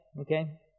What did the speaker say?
Okay